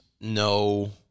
no